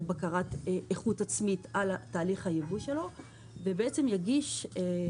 בקרת איכות עצמית על תהליך הייבוא שלו ולמעשה יוכל